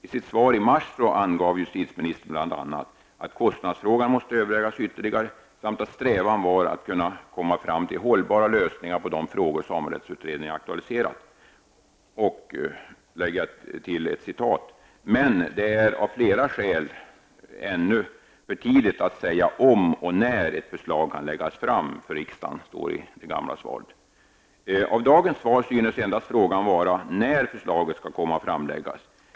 I sitt svar i mars angav justitieministern bl.a. att kostnadsfrågan måste övervägas ytterligare samt att strävan var att kunna komma fram till hållbara lösningar på de frågor som samerättsutredningen aktualiserat, men att det av flera skäl ännu var för tidigt att säga om och när ett förslag kan läggas fram för riksdagen. Av dagens svar synes frågan vara endast när förslaget skall framläggas.